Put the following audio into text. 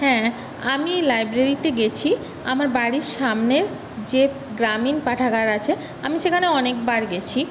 হ্যাঁ আমি লাইব্রেরিতে গেছি আমার বাড়ির সামনে যে গ্রামীণ পাঠাগার আছে আমি সেখানে অনেকবার গেছি